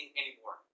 anymore